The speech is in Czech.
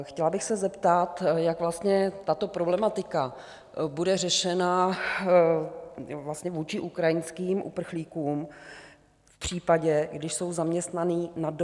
Chtěla bych se zeptat, jak vlastně tato problematika bude řešena vůči ukrajinským uprchlíkům v případě, když jsou zaměstnaní na DPP?